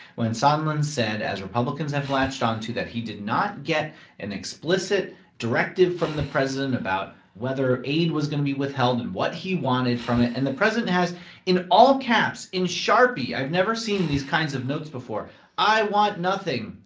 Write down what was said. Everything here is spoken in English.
when sondland said, as republicans have latched on to, that he did not get an explicit directive from the president about whether aid was going to be withheld and what he wanted from it. and the president has in all caps in sharpie i've never seen these kinds of notes before i want nothing.